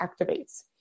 activates